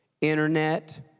internet